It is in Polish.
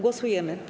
Głosujemy.